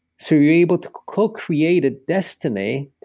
so, you're able to co-create a destiny,